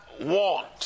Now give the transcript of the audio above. want